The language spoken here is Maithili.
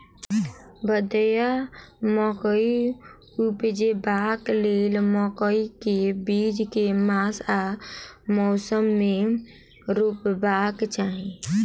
भदैया मकई उपजेबाक लेल मकई केँ बीज केँ मास आ मौसम मे रोपबाक चाहि?